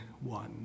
one